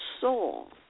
soul